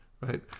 right